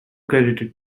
credited